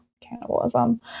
cannibalism